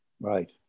Right